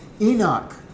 Enoch